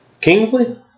Kingsley